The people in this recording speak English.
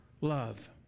love